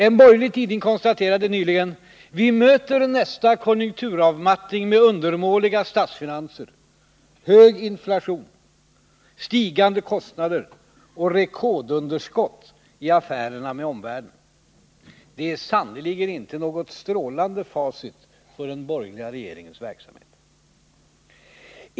En borgerlig tidning konstaterade nyligen: ”Vi möter nästa konjunkturavmattning med undermåliga statsfinanser, hög inflation, stigande kostnader och rekordunderskott i affärerna med omvärlden.” Det är sannerligen inte något strålande facit för den borgerliga regeringens verksamhet.